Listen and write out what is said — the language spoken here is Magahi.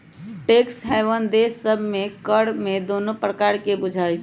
टैक्स हैवन देश सभ में कर में कोनो प्रकारे न बुझाइत